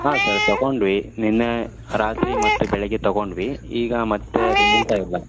ಹಾಂ ಸರ್ ತೊಗೊಂಡ್ವಿ ನಿನ್ನೆ ರಾತ್ರಿ ಮತ್ತು ಬೆಳಿಗ್ಗೆ ತೊಗೊಂಡ್ವಿ ಈಗ ಮತ್ತೆ ಅದು ನಿಲ್ತಾಯಿಲ್ಲ